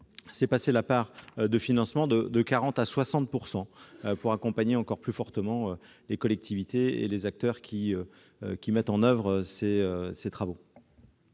à porter la part de financement de 40 % à 60 % pour accompagner encore plus fortement les collectivités et les acteurs qui mettent en oeuvre ces travaux.